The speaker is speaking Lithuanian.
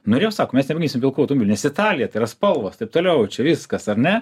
norėjom sako mes ten visi pilkų automobilių nes italija tai yra spalvos taip toliau čia viskas ar ne